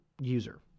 user